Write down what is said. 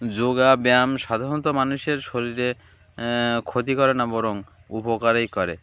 যোগা ব্যায়াম সাধারণত মানুষের শরীরে ক্ষতি করে না বরং উপকারেই করে